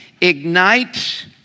Ignite